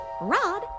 Rod